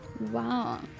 Wow